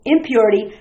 Impurity